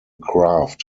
craft